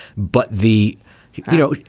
but the you know,